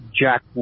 jack